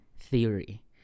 theory